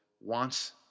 wants